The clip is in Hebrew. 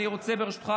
אני רוצה ברשותך,